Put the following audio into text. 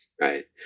Right